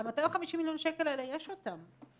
ה-250 מיליון שקל האלה יש אותם.